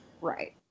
Right